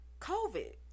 COVID